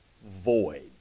Void